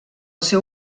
seu